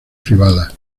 privadas